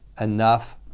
enough